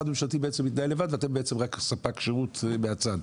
ממשלתי בעצם מתנהל לבד ואתם בעצם רק ספק שירות מהצד?